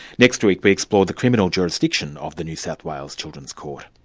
next week we explore the criminal jurisdiction of the new south wales children's court.